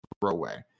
throwaway